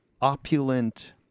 opulent